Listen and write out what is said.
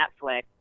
Netflix